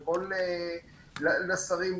לשרים,